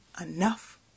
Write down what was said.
enough